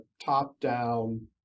top-down